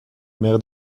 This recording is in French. mer